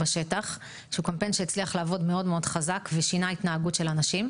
זה קמפיין שהצליח לעבוד מאוד מאוד חזק ושינה התנהגות של אנשים.